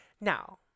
Now